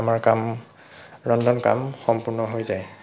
আমাৰ কাম ৰন্ধন কাম সম্পূৰ্ণ হৈ যায়